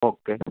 okay